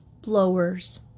blowers